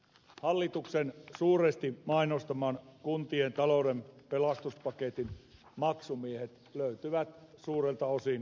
hallituksen suuresti mainostaman kuntien talouden pelastuspaketin maksumiehet löytyvät suurelta osin kunnista